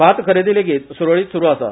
भात खरेदी लेगीत सुरळीत सुरू आसा